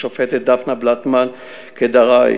השופטת דפנה בלטמן קדראי,